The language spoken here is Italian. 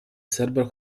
serbo